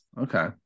Okay